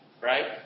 right